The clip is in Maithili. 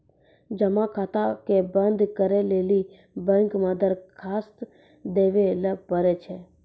जमा खाता के बंद करै लेली बैंक मे दरखास्त देवै लय परै छै